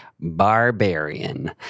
barbarian